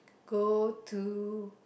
go to